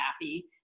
happy